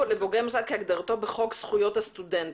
לבוגרי מוסד 'כהגדרתו בחוק זכויות הסטודנט',